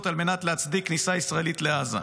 על מנת להצדיק כניסה ישראלית לעזה".